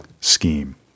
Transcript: scheme